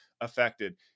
affected